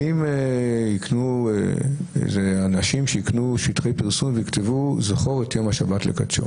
האם אנשים שיקנו שטחי פרסום ויכתבו: "זכור את יום השבת לקודשו".